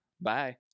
Bye